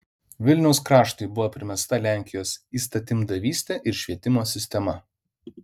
vilniaus kraštui buvo primesta lenkijos įstatymdavystė ir švietimo sistema